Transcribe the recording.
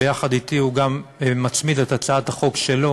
שביחד אתי גם הוא מצמיד את הצעת החוק שלו